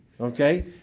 Okay